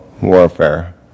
warfare